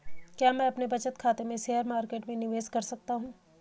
क्या मैं अपने बचत खाते से शेयर मार्केट में निवेश कर सकता हूँ?